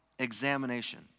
examination